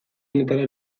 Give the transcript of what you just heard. honetara